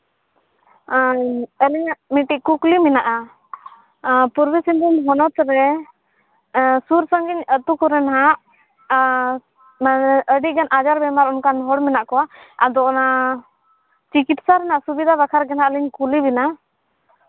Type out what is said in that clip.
ᱟᱹᱞᱤᱧᱟᱜ ᱢᱤᱫᱴᱤᱡ ᱠᱩᱠᱞᱤ ᱢᱮᱱᱟᱜᱼᱟ ᱯᱩᱨᱵᱤ ᱥᱤᱝᱵᱷᱩᱢ ᱦᱚᱱᱚᱛ ᱨᱮ ᱥᱩᱨᱼᱥᱟᱺᱜᱤᱧ ᱟᱛᱳ ᱠᱚᱨᱮᱱ ᱱᱟᱜ ᱢᱟᱱᱮ ᱟᱹᱰᱤᱜᱟᱱ ᱟᱡᱟᱨᱼᱵᱤᱢᱟᱨ ᱚᱱᱠᱟᱱ ᱦᱚᱲ ᱠᱚ ᱦᱮᱱᱟᱜ ᱠᱚᱣᱟ ᱟᱫᱚ ᱚᱱᱟ ᱪᱤᱠᱤᱛᱥᱟ ᱨᱮᱱᱟᱜ ᱥᱩᱵᱤᱫᱟ ᱵᱟᱠᱷᱨᱟ ᱜᱮ ᱱᱟᱦᱟᱜ ᱞᱤᱧ ᱠᱩᱞᱤ ᱵᱮᱱᱟ